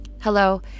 Hello